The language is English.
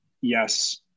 yes